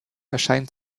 erscheint